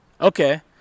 Okay